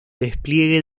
despliegue